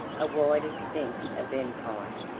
a wide extent of empire,